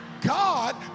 God